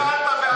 נכשלת.